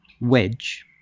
wedge